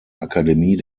akademie